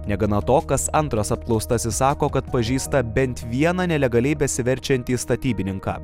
negana to kas antras apklaustasis sako kad pažįsta bent vieną nelegaliai besiverčiantį statybininką